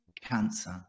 cancer